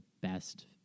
best